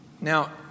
Now